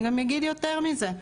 אני גם אגיד יותר מזה.